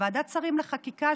בוועדת שרים לחקיקה,